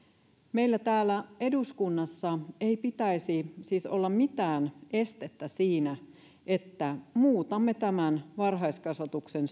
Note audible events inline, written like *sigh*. meillä täällä eduskunnassa ei pitäisi siis olla mitään estettä sille että muutamme varhaiskasvatuksen *unintelligible*